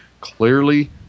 clearly